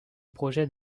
projet